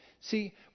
See